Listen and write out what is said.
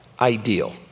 ideal